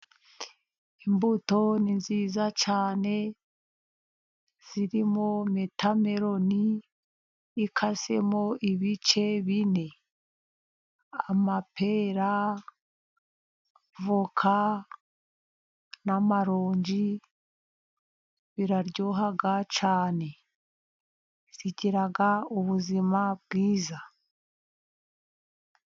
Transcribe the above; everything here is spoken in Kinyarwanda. Imbuto ni nziza cyane, zirimo wotameloni ikasemo ibice bine, amapera, avoka, n'amaronji, biraryoha cyane zigira ubuzima bwiza.